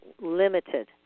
limited